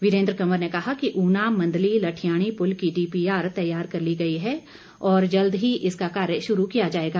वीरेन्द्र कंवर ने कहा कि उना मंदली लठियाणी पुल की डीपीआर तैयार कर ली गई है और जल्द ही इसका कार्य शुरू किया जाएगा